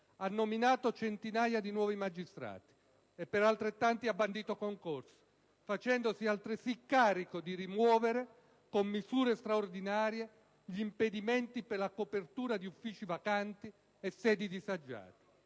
ha nominato centinaia di nuovi magistrati e per altrettanti ha bandito concorsi, facendosi altresì carico di rimuovere con misure straordinarie gli impedimenti per la copertura di uffici vacanti e sedi disagiate.